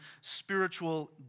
spiritual